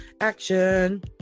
action